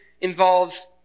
involves